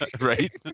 Right